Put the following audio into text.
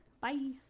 Bye